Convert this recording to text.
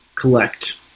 collect